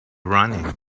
running